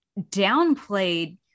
downplayed